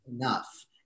enough